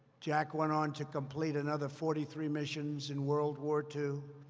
jack went on to complete another forty three missions in world war two.